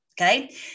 Okay